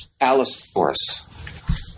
Allosaurus